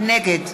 נגד